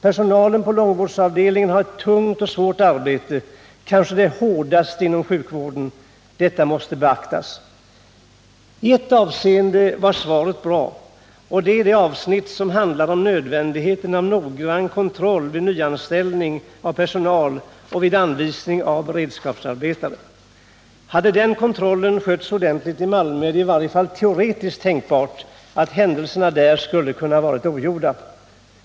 Personalen på långvårdsavdelningarna har ett tungt och svårt arbete, kanske det hårdaste inom sjukvården. Detta måste beaktas! I ett avseende var svaret bra, och det gäller det avsnitt som handlar om nödvändigheten av en noggrann kontroll vid nyanställning av personal och vid anvisning av beredskapsarbetare. Om den kontrollen hade skötts ordentligt i Malmö, är det i varje fall teoretiskt tänkbart att händelserna där skulle ha kunnat vara ogjorda.